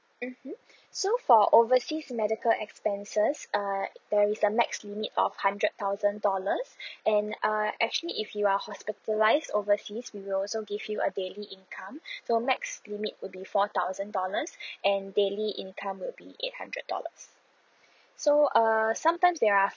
mmhmm so for overseas medical expenses err there is a max limit of hundred thousand dollars and uh actually if you are hospitalised overseas we will also give you a daily income so max limit would be four thousand dollars and daily income will be eight hundred dollars so err sometimes there are